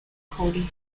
cody